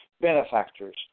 benefactors